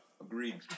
Agreed